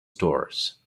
stores